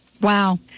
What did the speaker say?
Wow